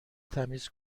تمیز